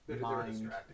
mind